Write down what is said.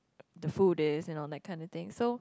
the food is you know that kind of thing so